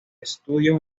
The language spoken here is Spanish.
estudio